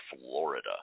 Florida